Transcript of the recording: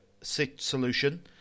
solution